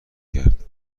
کرد